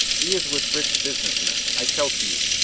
he is with rich business men, i tell to you.